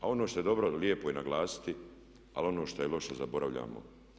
A ono što je dobro lijepo je naglasiti ali ono što je loše zaboravljamo.